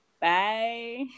Bye